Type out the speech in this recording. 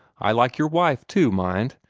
i like your wife, too, mind.